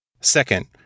Second